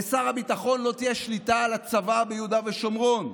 לשר הביטחון לא תהיה שליטה על הצבא ביהודה ושומרון,